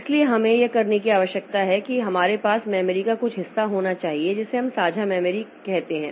इसलिए हमें यह करने की आवश्यकता है कि हमारे पास मेमोरी का कुछ हिस्सा होना चाहिए जिसे हम साझा मेमोरी ओके कहते हैं